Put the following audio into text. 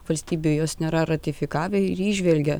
valstybių jos nėra ratifikavę ir įžvelgia